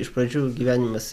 iš pradžių gyvenimas